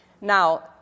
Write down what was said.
Now